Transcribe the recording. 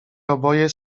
oboje